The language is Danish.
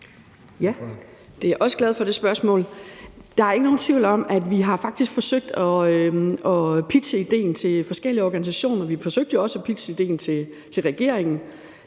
er jeg også glad for. Der er ikke nogen tvivl om, at vi faktisk har forsøgt at pitche idéen til forskellige organisationer. Vi forsøgte jo også at pitche idéen til regeringen.